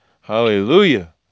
Hallelujah